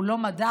הוא לא מדד.